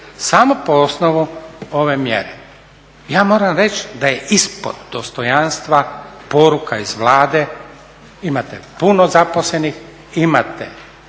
samo po osnovu ove mjere. Ja moram reći da je ispod dostojanstva poruka iz Vlade. Imate puno zaposlenih, imate